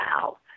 wow